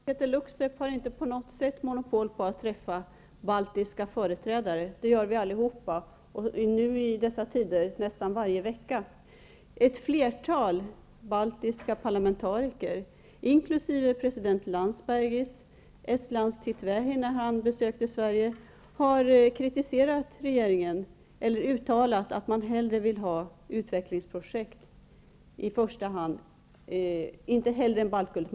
Fru talman! Peeter Luksep har inte på något sätt monopol på att träffa baltiska företrädare. Det gör vi allihop nästan varje vecka i dessa tider. Sverige, har uttalat att man i första hand ser fram emot de utvecklingsprojekt som Östeuropamiljarderna skall ge.